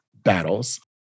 battles